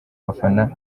abafana